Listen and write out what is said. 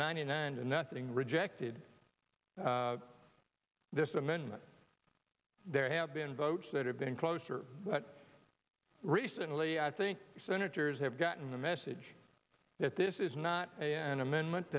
ninety nine to nothing rejected this amendment there have been votes that have been closer but recently i think senators have gotten the message that this is not an amendment